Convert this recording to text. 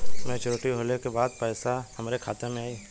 Maturity होले के बाद पैसा हमरे खाता में आई?